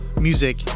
music